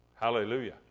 Hallelujah